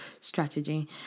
strategy